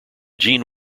gene